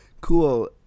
Cool